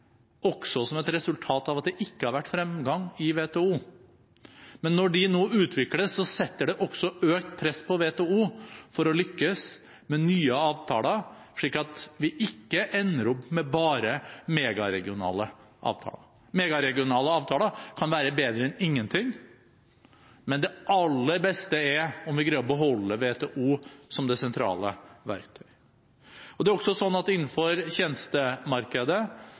også som et resultat av at det ikke har vært fremgang i WTO, men når de nå utvikles, setter det også økt press på WTO for å lykkes med nye avtaler, slik at vi ikke ender opp med bare megaregionale avtaler. Megaregionale avtaler kan være bedre enn ingenting, men det aller beste er om vi greier å beholde WTO som det sentrale verktøy. Det er også slik at det innenfor tjenestemarkedet